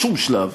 בשום שלב,